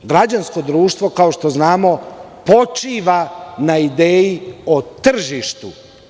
Građansko društvo, kao što znamo, počiva na ideji o tržištu.